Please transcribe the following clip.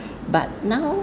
but now